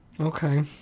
Okay